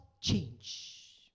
change